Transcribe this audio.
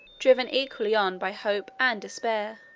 driven equally on by hope and despair